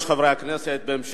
חבר הכנסת מולה, בבקשה.